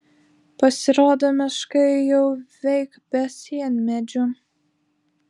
pasirodo miškai jau veik be sienmedžių